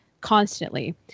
constantly